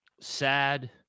Sad